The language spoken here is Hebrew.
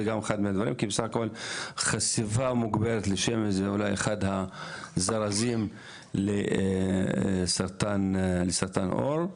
כי חשיפה מוגברת לשמש זה אולי אחד הזירוזים לסרטן העור.